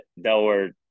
Delaware